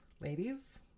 Ladies